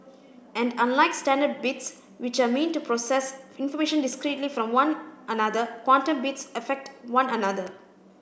and unlike standard bits which are mean to process information discretely from one another quantum bits affect one another